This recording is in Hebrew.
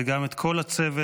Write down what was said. וגם את כל הצוות,